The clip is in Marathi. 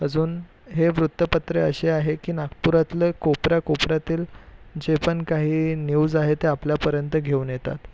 अजून हे वृतपत्रे असे आहे की नागपुरातले कोपऱ्या कोपऱ्यातील जे पण काही न्यूज आहे त्या आपल्यापर्यंत घेऊन येतात